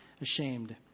ashamed